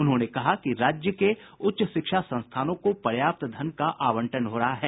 उन्होंने कहा कि राज्य के उच्च शिक्षा संस्थानों को पर्याप्त धन का आवंटन हो रहा है